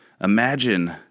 Imagine